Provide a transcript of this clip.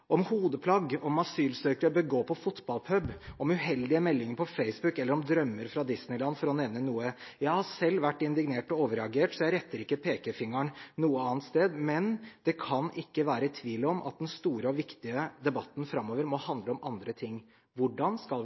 om hodeplagg, om hvorvidt asylsøkere bør gå på fotballpub, om uheldige meldinger på Facebook, eller om «drømmer fra Disneyland», for å nevne noe. Jeg har selv vært indignert og har overreagert, så jeg retter ikke pekefingeren mot noe annet sted, men det kan ikke være tvil om at den store og viktige debatten framover må handle om andre ting. Hvordan skal vi